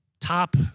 top